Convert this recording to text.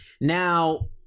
now